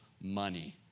money